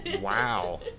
Wow